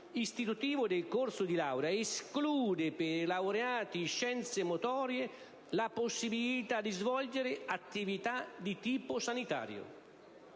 istitutivo del corso di laurea, esclude per i laureati in scienze motorie la possibilità di svolgere attività di tipo sanitario.